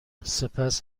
سپس